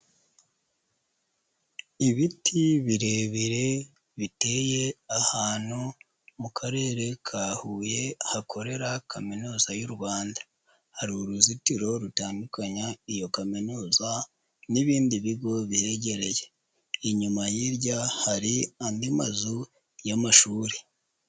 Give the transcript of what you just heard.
Ibiti birebire biteye ahantu mu Karere ka Huye hakorera Kaminuza y'u Rwanda, hari uruzitiro rutandukanya iyo kaminuza n'ibindi bigo bihegereye, inyuma hirya hari andi mazu y'amashuri.